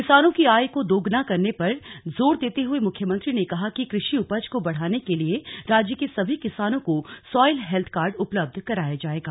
किसानों की आय को द्गना करने पर जोर देते हुए मुख्यमंत्री ने कहा कि कृषि उपज को बढ़ाने के लिए राज्य के सभी किसानों को सॉयल हेल्थ कार्ड उपलब्ध कराया जायेगा